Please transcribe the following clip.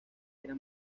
era